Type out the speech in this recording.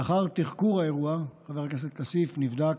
לאחר תחקור האירוע, חבר הכנסת כסיף, נבדק,